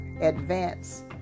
advance